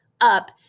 up